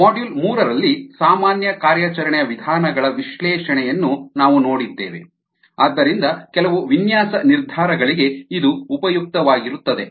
module ಮೂರರಲ್ಲಿ ಸಾಮಾನ್ಯ ಕಾರ್ಯಾಚರಣೆಯ ವಿಧಾನಗಳ ವಿಶ್ಲೇಷಣೆಯನ್ನು ನಾವು ನೋಡಿದ್ದೇವೆ ಆದ್ದರಿಂದ ಕೆಲವು ವಿನ್ಯಾಸ ನಿರ್ಧಾರಗಳಿಗೆ ಇದು ಉಪಯುಕ್ತವಾಗಿರುತ್ತದೆ